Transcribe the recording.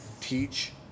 teach